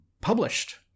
published